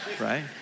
Right